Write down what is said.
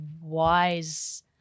wise